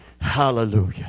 Hallelujah